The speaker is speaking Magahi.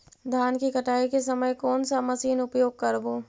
धान की कटाई के समय कोन सा मशीन उपयोग करबू?